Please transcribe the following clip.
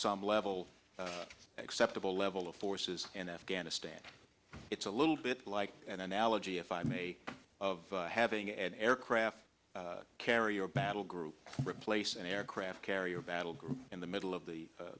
some level acceptable level of forces in afghanistan it's a little bit like an analogy if i may of having an aircraft carrier battle group replace an aircraft carrier battle group in the middle of the